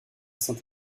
saint